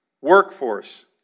workforce